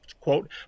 Quote